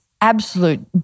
absolute